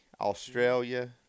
Australia